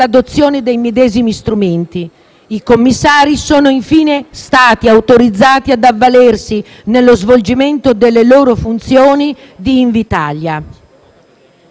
l'adozione dei medesimi strumenti. I commissari, infine, sono stati autorizzati ad avvalersi, nello svolgimento delle loro funzioni, di Invitalia.